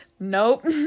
Nope